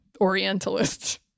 Orientalist